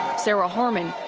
sarah harman,